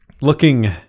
looking